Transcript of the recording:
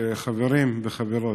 חברים וחברות,